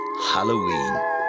Halloween